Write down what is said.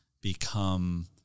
become